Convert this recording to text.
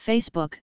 Facebook